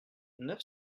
neuf